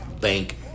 bank